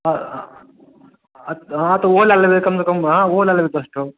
अच्छा हँ तऽ ओहो ले लेबै कमसँ कम हँ ओहो लै लेब दश ठो